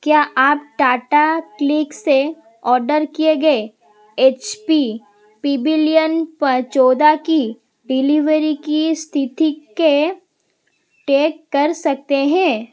क्या आप टाटा क्लिक से ऑर्डर किए गए एच पी पिबिलियन प चौदह की डिलीवरी की स्थिति के टेक कर सकते हैं